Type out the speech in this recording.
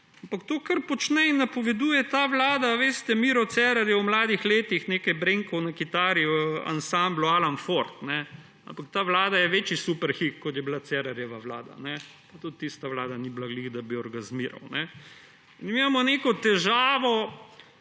to, kar počne in napoveduje ta vlada – veste, Miro Cerar je v mladih letih nekaj brenkal na kitaro v ansamblu Alan Ford, ampak ta vlada je večji superhit, kot je bila Cerarjeva vlada, tudi tista vlada ni bila ravno, da bi orgazmiral. Mi imamo neko težavo.